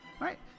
right